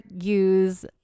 use